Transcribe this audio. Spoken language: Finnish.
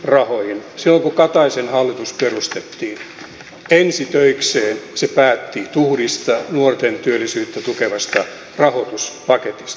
silloin kun kataisen hallitus perustettiin ensi töikseen se päätti nuorten työllisyyttä tukevasta tuhdista rahoituspaketista